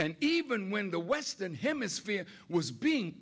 and even when the western hemisphere was being